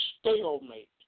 stalemate